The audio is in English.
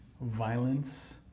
violence